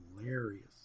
hilarious